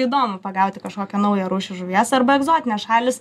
įdomu pagauti kažkokią naują rūšį žuvies arba egzotinės šalys